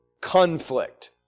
Conflict